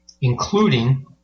including